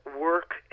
work